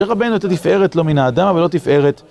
איך הבן אתה תפארת לו מן האדם ולו תפארת?